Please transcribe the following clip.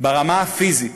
ברמה הפיזית,